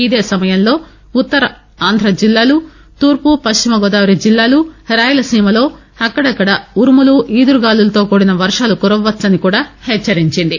ఇదేసమయంలో ఉత్తర ఆంధ్ర జిల్లాలు తూర్పు పశ్చిమగోదావరి జిల్లాలు రాయలసీమలో అక్కడక్కడ ఉరుములు ఈదురుగాలులతో కూడిన వర్షాలు కురవవచ్చని కూడా హెచ్చరించింది